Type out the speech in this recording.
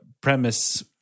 premise